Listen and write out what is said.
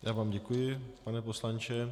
Já vám děkuji, pane poslanče.